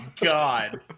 God